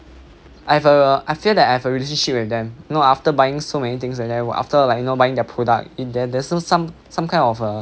I have a I feel that I have a relationship with them you know after buying so many things and then after like you know buying their product in there there's no some some kind of a